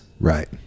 Right